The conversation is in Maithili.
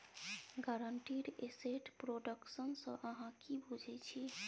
गारंटीड एसेट प्रोडक्शन सँ अहाँ कि बुझै छी